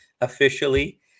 officially